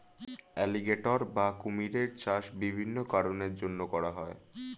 alligator বা কুমিরের চাষ বিভিন্ন কারণের জন্যে করা হয়